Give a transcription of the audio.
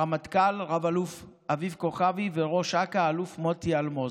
הרמטכ"ל רב-אלוף אביב כוכבי וראש אכ"א האלוף מוטי אלמוז.